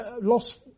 lost